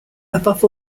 above